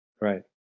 Right